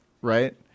right